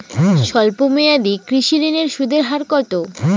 স্বল্প মেয়াদী কৃষি ঋণের সুদের হার কত?